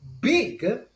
big